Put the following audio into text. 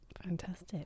Fantastic